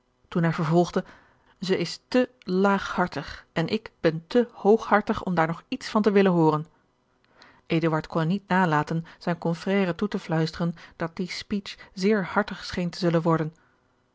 toen hij vervolgde zij is te laaghartig en ik ben te hooghartig om daar nog iets van te willen hooren eduard kon niet nalaten zijn confrère toe te fluisteren dat die speech zeer hartig scheen te zullen worden